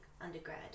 undergrad